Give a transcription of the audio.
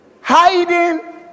Hiding